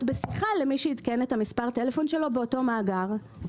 בשיחה למי שעדכן את מספר הטלפון שלו באותו מאגר.